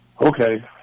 Okay